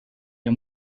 ihr